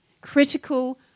critical